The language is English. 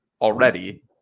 already